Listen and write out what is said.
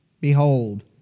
Behold